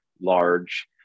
Large